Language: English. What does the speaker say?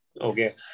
Okay